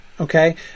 Okay